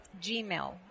gmail